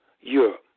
Europe